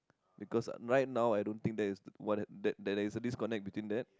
because right now I don't think that's what there's there's a disconnect between that